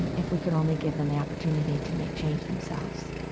and if we could only give them the opportunity to make change themselves.